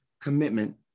commitment